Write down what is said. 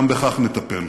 גם בכך נטפל.